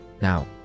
Now